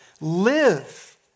Live